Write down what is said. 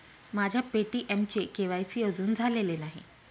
माझ्या पे.टी.एमचे के.वाय.सी अजून झालेले नाही